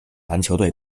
篮球队